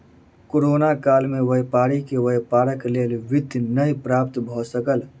corona काल में व्यापारी के व्यापारक लेल वित्त नै प्राप्त भ सकल